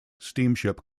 steamship